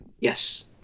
Yes